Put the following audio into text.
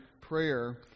prayer